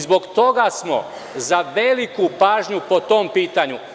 Zbog toga smo za veliku pažnju po tom pitanju.